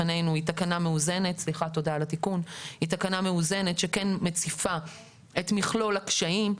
תקנה מאוזנת שכן היא מציפה את מכלול הקשיים,